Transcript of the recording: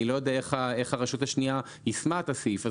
אני לא יודע איך הרשות השנייה יישמה את הסעיף הזה,